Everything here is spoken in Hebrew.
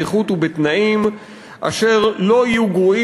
באיכות ובתנאים אשר לא יהיו גרועים